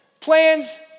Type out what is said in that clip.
Plans